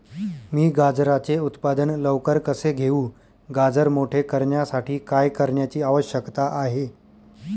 मी गाजराचे उत्पादन लवकर कसे घेऊ? गाजर मोठे करण्यासाठी काय करण्याची आवश्यकता आहे?